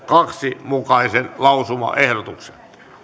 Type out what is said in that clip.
kahden mukaisen lausumaehdotuksen